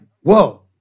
whoa